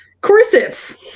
Corsets